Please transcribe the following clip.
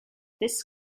this